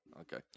okay